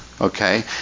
okay